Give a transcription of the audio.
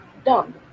Done